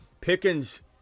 Pickens